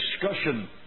discussion